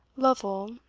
lovel,